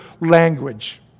language